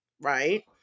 right